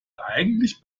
eigentlich